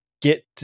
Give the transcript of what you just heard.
get